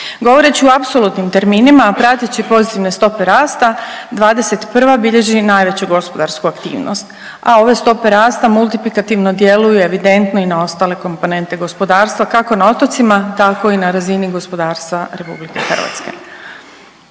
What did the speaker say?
Govoreći u apsolutnim terminima, a prateći pozitivne stope raste '21. bilježi najveću gospodarsku aktivnost, a ove stope rasta multiplikativno djeluju evidentno i na ostale komponente gospodarstva kako na otocima tako i na razini gospodarstva RH.